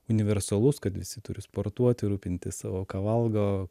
universalus kad visi turi sportuoti rūpintis savo ką valgo